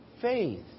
faith